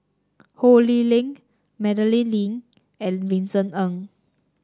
Ho Lee Ling Madeleine Lee and Vincent Ng